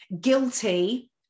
guilty